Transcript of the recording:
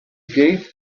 gave